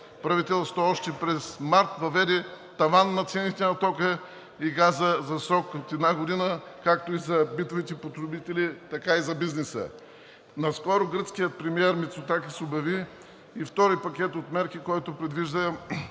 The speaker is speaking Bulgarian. правителството още през март въведе таван на цените на тока и газа за срок от една година както за битовите потребители, така и за бизнеса. Наскоро гръцкият премиер Мицотакис одобри и втори пакет от мерки, който предвижда